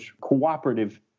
cooperative